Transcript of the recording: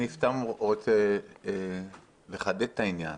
אני רוצה לחדד את העניין.